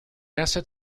asset